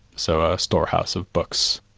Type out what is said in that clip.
so a storehouse of books.